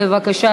בבקשה,